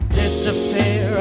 disappear